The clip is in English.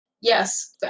Yes